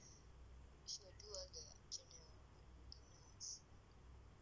good